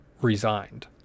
resigned